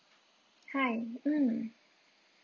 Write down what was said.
hi mm